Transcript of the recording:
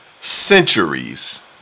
centuries